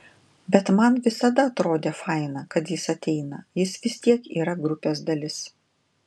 bet man visada atrodė faina kad jis ateina jis vis tiek yra grupės dalis